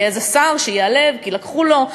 יהיה איזה שר שייעלב כי לקחו לו,